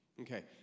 Okay